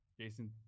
Jason